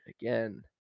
again